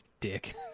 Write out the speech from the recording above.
dick